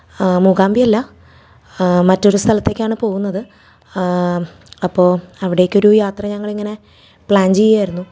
മൂകാമ്പി അല്ല മറ്റൊരു സ്ഥലത്തേക്കാണ് പോകുന്നത് അപ്പോൾ അവിടേക്കൊരു യാത്ര ഞങ്ങളിങ്ങനെ പ്ലാന് ചെയ്യായിരുന്നു